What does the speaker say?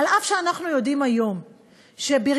אף שאנחנו יודעים היום שבריונות,